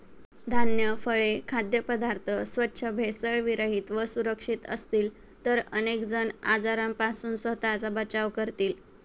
धान्य, फळे, खाद्यपदार्थ स्वच्छ, भेसळविरहित व सुरक्षित असतील तर अनेक जण आजारांपासून स्वतःचा बचाव करतील